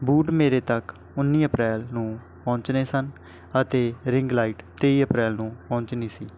boot ਮੇਰੇ ਤੱਕ ਉੱਨੀ ਅਪ੍ਰੈਲ ਨੂੰ ਪਹੁੰਚਣੇ ਸਨ ਅਤੇ ਰਿੰਗ ਲਾਈਟ ਤੇਈ ਅਪ੍ਰੈਲ ਨੂੰ ਪਹੁੰਚਣੀ ਸੀ